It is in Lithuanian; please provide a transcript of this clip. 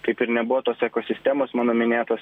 kaip ir nebuvo tos ekosistemos mano minėtuos